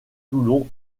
toulon